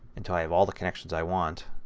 until i have all the connections i want.